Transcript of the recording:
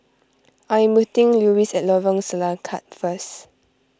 I am meeting Luis at Lorong Selangat first